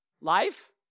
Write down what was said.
Life